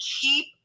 keep